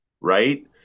Right